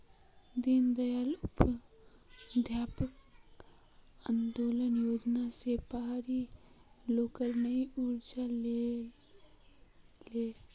दीनदयाल उपाध्याय अंत्योदय योजना स पहाड़ी लोगक नई ऊर्जा ओले